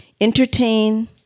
entertain